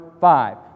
five